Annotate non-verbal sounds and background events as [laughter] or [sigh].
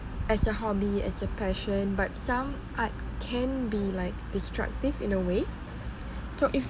as a hobby as a passion but some art can be like destructive in a way [noise] so if